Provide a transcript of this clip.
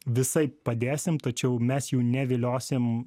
visaip padėsim tačiau mes jų neviliosim